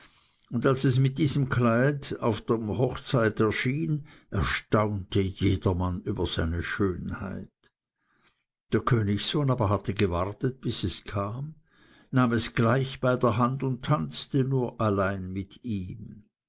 und als es mit diesem kleide auf der hochzeit erschien erstaunte jedermann über seine schönheit der königssohn aber hatte gewartet bis es kam nahm es gleich bei der hand und tanzte nur allein mit ihm